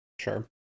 Sure